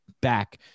back